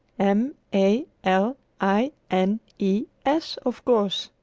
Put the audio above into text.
m a l i n e s, of course!